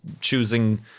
choosing